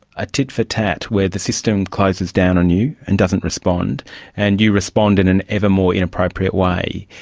a tit-for-tat where the system closes down on you and doesn't respond and you respond in an ever more inappropriate way.